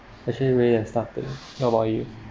actually really there's nothing how about you